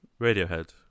Radiohead